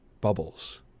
Bubbles